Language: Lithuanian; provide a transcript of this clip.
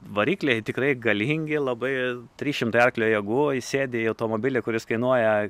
varikliai tikrai galingi labai trys šimtai arklio jėgų įsėdi į automobilį kuris kainuoja